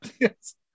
Yes